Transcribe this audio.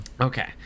okay